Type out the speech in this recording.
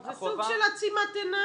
זה סוג של עצימת עיניים.